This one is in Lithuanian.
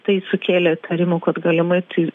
tai sukėlė įtarimų kad galimai tai